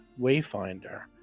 Wayfinder